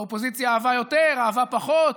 האופוזיציה אהבה יותר, אהבה פחות.